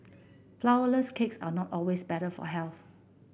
flourless cakes are not always better for health